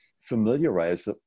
familiarize